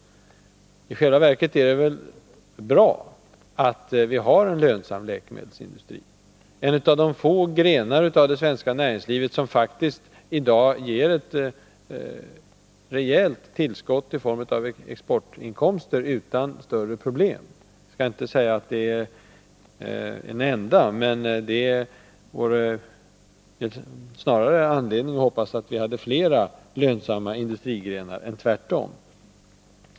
I själva verket är det bra att vi har en lönsam läkemedelsindustri. Det är en av de få grenar av det svenska näringslivet som i dag faktiskt ger ett rejält tillskott av exportinkomster. Jag skall inte säga att det är den enda, men det vore snarare anledning att hoppas att vi hade flera lönsamma industrigrenar än tvärtom!